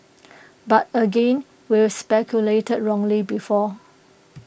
but again we've speculated wrongly before